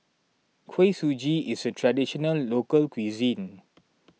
Kuih Suji is a Traditional Local Cuisine